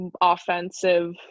offensive